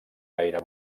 gaire